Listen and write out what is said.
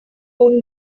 own